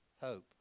hope